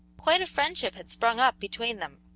quite a friendship had sprung up between them.